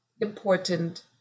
important